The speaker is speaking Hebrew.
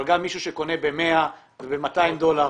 אבל גם מישהו שקונה ב-100 דולר וב-200 דולר,